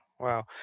Wow